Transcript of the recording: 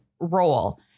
role